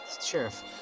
sheriff